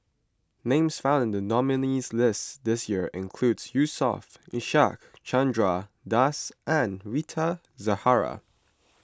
names found in the nominees' list this year include Yusof Ishak Chandra Das and Rita Zahara